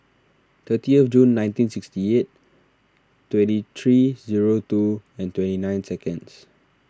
thirtieth June nineteen sixty eight twenty three zero two and twenty nine seconds